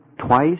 Twice